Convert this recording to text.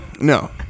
no